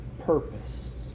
purpose